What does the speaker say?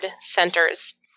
centers